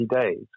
days